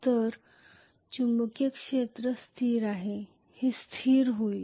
तर चुंबकीय क्षेत्र स्थिर आहे हे स्थिर होईल